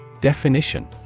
definition